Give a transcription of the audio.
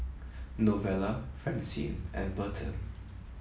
Novella Francine and Berton